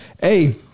Hey